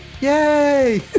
Yay